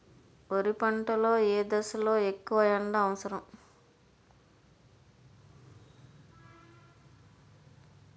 వరి పంట లో ఏ దశ లొ ఎక్కువ ఎండా అవసరం?